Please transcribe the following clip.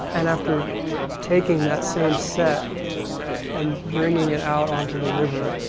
and after taking that same set and bringing it out on to the river,